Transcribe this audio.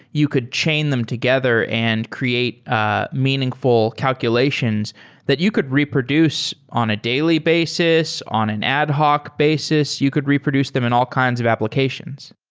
you could chain them together and create ah meaning calculations that you could reproduce on a daily basis, on an ad hoc basis. you could reproduce them in all kinds of applications.